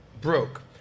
broke